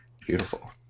beautiful